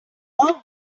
word